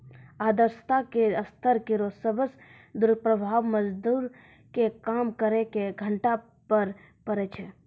आर्द्रता के स्तर केरो सबसॅ दुस्प्रभाव मजदूर के काम करे के घंटा पर पड़ै छै